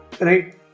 right